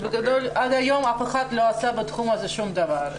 אז בגדול עד היום אף אחד לא עשה בתחום הזה שום דבר.